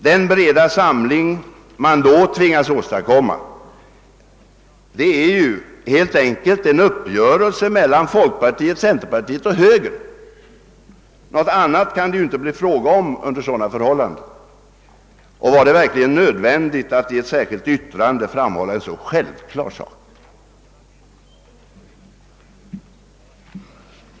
Den breda samling man då tvingas åstadkomma är helt enkelt en uppgörelse mellan folkpartiet, centerpartiet och högern — något annat kan det inte bli fråga om under sådana förhållanden. Var det verkligen nödvändigt att i ett särskilt yttrande framhålla en så självklar sak?